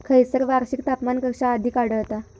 खैयसर वार्षिक तापमान कक्षा अधिक आढळता?